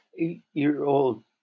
Eight-year-old